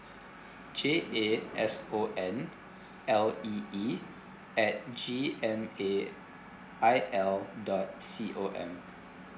J A S O N L E E at G M A I L dot C O M